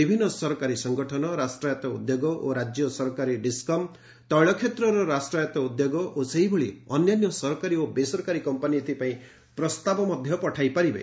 ବିଭିନ୍ନ ସରକାରୀ ସଂଗଠନ ରାଷ୍ଟ୍ରାୟତ୍ତ ଉଦ୍ୟୋଗ ଓ ରାଜ୍ୟ ସରକାରୀ ଡିସ୍କମ୍ ତେିଳ କ୍ଷେତ୍ରର ରାଷ୍ଟ୍ରାୟତ୍ତ ଉଦ୍ୟୋଗ ଓ ସେହିଭଳି ଅନ୍ୟାନ୍ୟ ସରକାରୀ ଓ ବେସରକାରୀ କମ୍ପାନି ଏଥିପାଇଁ ପ୍ରସ୍ତାବ ମଧ୍ୟ ପଠାଇ ପାରିବେ